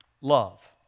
Love